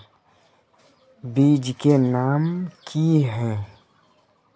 बीज के नाम की है?